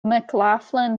mclaughlin